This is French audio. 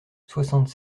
soixante